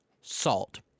salt